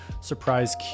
surprise